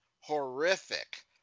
Horrific